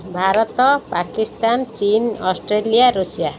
ଭାରତ ପାକିସ୍ତାନ ଚୀନ Australia Russia